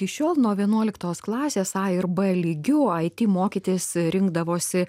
iki šiol nuo vienuoliktos klasės a ir b lygiu ai ty mokytis rinkdavosi